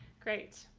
great.